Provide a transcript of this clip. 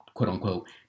quote-unquote